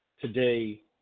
today